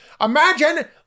Imagine